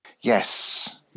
Yes